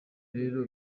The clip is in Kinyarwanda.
rero